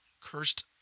cursed